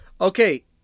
Okay